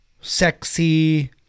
sexy